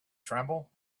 tremble